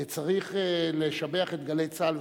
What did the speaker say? צריך לשבח את "גלי צה"ל",